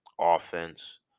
offense